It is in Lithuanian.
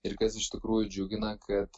ir kas iš tikrųjų džiugina kad